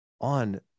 on